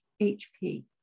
HP